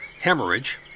hemorrhage